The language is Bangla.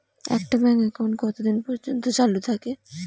একটা ব্যাংক একাউন্ট কতদিন পর্যন্ত চালু থাকে?